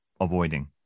avoiding